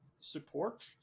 support